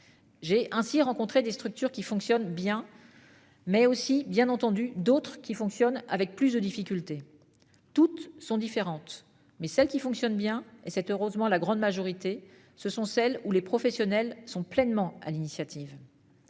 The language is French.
J'ai ainsi rencontrer des structures qui fonctionnent bien.-- Mais aussi bien entendu d'autres qui fonctionne avec plus de difficultés. Toutes sont différentes mais celles qui fonctionne bien et cette heureusement la grande majorité ce sont celles où les professionnels sont pleinement à l'initiative.--